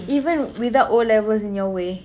even without O levels in your way